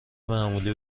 معمولی